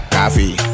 Coffee